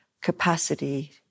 capacity